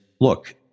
look